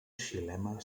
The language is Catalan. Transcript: xilema